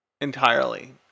entirely